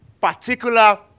particular